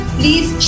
please